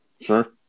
Sure